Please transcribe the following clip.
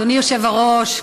אדוני היושב-ראש,